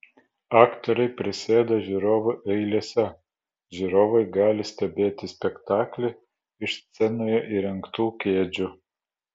aktoriai prisėda žiūrovų eilėse žiūrovai gali stebėti spektaklį iš scenoje įrengtų kėdžių